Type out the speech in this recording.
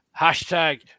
Hashtag